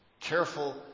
careful